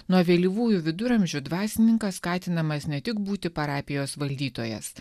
nuo vėlyvųjų viduramžių dvasininkas skatinamas ne tik būti parapijos valdytojas